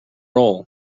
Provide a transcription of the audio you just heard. roll